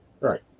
right